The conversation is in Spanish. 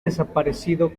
desaparecido